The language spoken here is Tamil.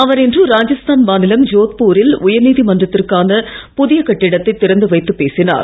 அவர் இன்று ராஜஸ்தான் மாநிலம் ஜோத்பூரில் உயர்நீதி மன்றத்திற்கான புதிய கட்டிடத்தை திற்றந்து வைத்து பேசினார்